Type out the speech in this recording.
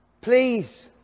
please